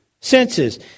senses